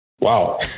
Wow